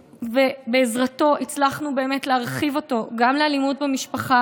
ובעזרתו הצלחנו באמת להרחיב אותו גם לאלימות במשפחה